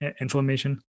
Inflammation